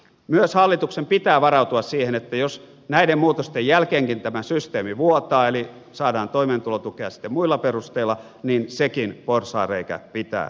myös hallituksen pitää varautua siihen että jos näiden muutosten jälkeenkin tämä systeemi vuotaa eli saadaan toimeentulotukea sitten muilla perusteilla niin sekin porsaanreikä pitää tukkia